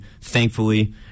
Thankfully